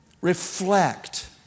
Reflect